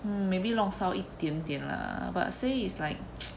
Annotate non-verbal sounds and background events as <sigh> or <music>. hmm maybe 弄烧一点点啦 but say it's like <noise>